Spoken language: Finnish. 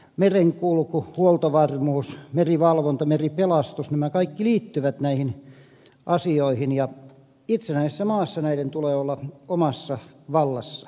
merenkulku huoltovarmuus merivalvonta meripelastus nämä kaikki liittyvät näihin asioihin ja itsenäisessä maassa näiden tulee olla omassa vallassa